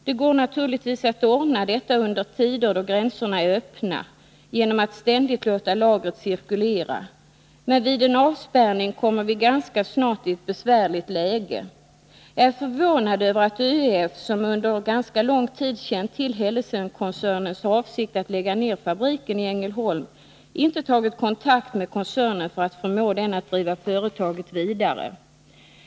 Det går naturligtvis att ordna detta under tider då gränserna är öppna genom att ständigt låta lagret cirkulera. Men vid en avspärrning kommer vi ganska snart i ett besvärligt läge. Jag är förvånad över att ÖEF, som under ganska lång tid känt till Hellesenskoncernens avsikt att lägga ned fabriken i Ängelholm, inte tagit kontakt med koncernen för att förmå den att driva företaget vidare.